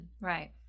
Right